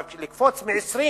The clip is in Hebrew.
אבל, לקפוץ מ-20%